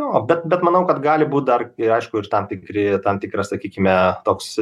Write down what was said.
jo bet bet manau kad gali būti dar ir aišku ir tam tikri tam tikra sakykime toks